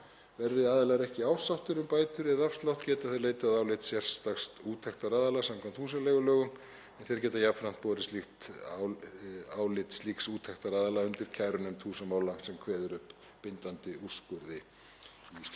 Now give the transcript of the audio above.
Verði aðilar ekki ásáttir um bætur eða afslátt geti þeir leitað álits sérstaks úttektaraðila samkvæmt húsaleigulögum en þeir geti jafnframt borið álit slíks úttektaraðila undir kærunefnd húsamála sem kveður upp bindandi úrskurði í slíkum